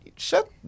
Shut